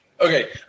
Okay